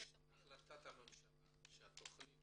יש החלטת הממשלה שלתכנית